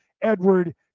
Edward